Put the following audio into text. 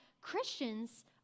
Christians